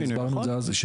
הסברנו את זה אז,